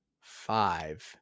five